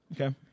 Okay